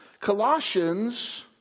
Colossians